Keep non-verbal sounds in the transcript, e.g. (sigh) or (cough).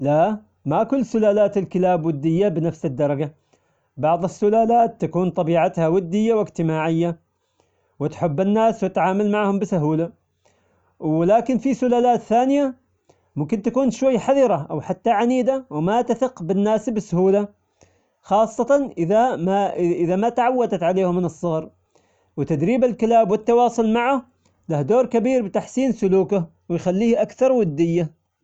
لا ما كل سلالات الكلاب ودية بنفس الدرجة، بعض السلالات تكون طبيعتها ودية واجتماعية وتحب الناس وتتعامل معهم بسهولة، ولكن في سلالات ثانية ممكن تكون شوية حذرة أو حتى عنيدة ما تثق بالناس بسهولة خاصة إذا ما (hesitation) ما تعودت عليهم من الصغر، وتدريب الكلاب والتواصل معه له دور كبير في تحسين سلوكه ويخليه أكثر ودية.